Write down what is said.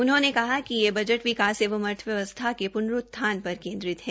उन्होंने कहा कि यह बजट विकास एवं अर्थव्यवस्था के प्नरूत्थान पर केन्द्रित है